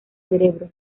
cerebro